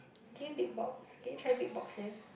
can you beatbox can you try beatboxing